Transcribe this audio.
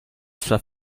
sua